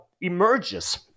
emerges